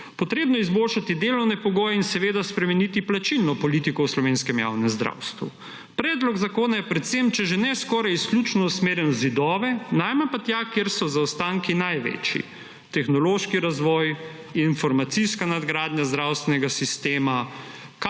Treba je izboljšati delovne pogoje in spremeniti plačilno politiko v slovenskem javnem zdravstvu. Predlog zakona je predvsem, če že ne skoraj izključno usmerjen v zidove, najmanj pa tja, kjer so zaostanki največji, tehnološki razvoj, informacijska nadgradnja zdravstvenega sistema,